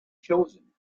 chosen